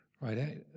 right